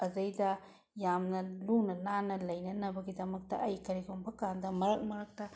ꯑꯗꯒꯤꯗ ꯌꯥꯝꯅ ꯂꯨꯅ ꯅꯥꯟꯅ ꯂꯩꯅꯅꯕꯒꯤꯗꯃꯛꯇ ꯑꯩ ꯀꯔꯤꯒꯨꯝꯕ ꯀꯥꯟꯗ ꯃꯔꯛ ꯃꯔꯛꯇ